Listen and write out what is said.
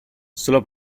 solo